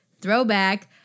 Throwback